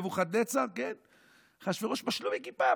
נבוכדנצר ואחשוורוש משלו בכיפה.